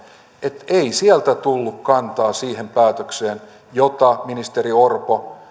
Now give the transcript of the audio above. että ei sieltä tullut kantaa siihen päätökseen jota ministeri orpo